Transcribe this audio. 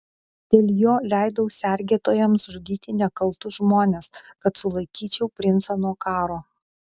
dėl jo leidau sergėtojams žudyti nekaltus žmones kad sulaikyčiau princą nuo karo